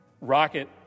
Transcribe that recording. rocket